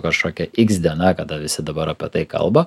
kažkokia iks diena kada visi dabar apie tai kalba